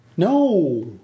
No